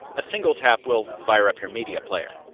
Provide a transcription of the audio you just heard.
a single tap will fire up your media player.